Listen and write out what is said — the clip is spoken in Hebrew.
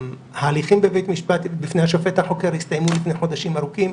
ההליכים בבית המשפט לפני השופט החוקר הסתיימו לפני חודשים ארוכים,